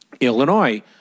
Illinois